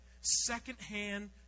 secondhand